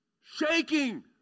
Shaking